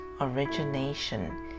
origination